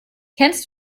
kennst